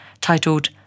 titled